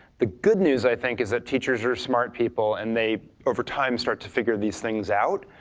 the good news, i think, is that teachers are smart people and they over time start to figure these things out.